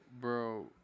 bro